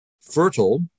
fertile